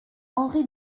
henri